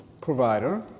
provider